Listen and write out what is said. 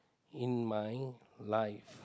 in my life